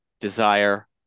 desire